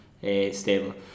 stable